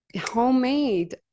homemade